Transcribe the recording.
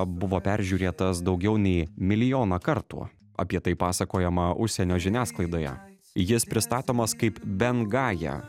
buvo peržiūrėtas daugiau nei milijoną kartų apie tai pasakojama užsienio žiniasklaidoje jis pristatomas kaip bengaja